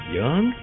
young